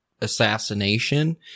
assassination